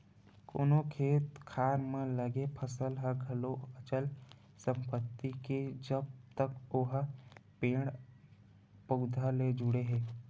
कोनो खेत खार म लगे फसल ह घलो अचल संपत्ति हे जब तक ओहा पेड़ पउधा ले जुड़े हे